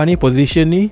and positions,